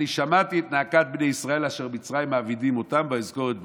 "שמעתי את נאקת בני ישראל אשר מצרים מעבדים אתם ואזכר את בריתי".